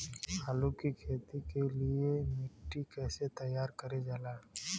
आलू की खेती के लिए मिट्टी कैसे तैयार करें जाला?